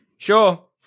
Sure